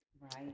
Right